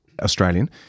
Australian